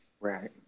Right